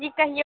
की कहियै